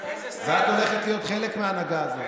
אזרחי ישראל, ואת הולכת להיות חלק מההנהגה הזאת.